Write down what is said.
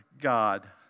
God